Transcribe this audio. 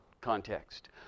context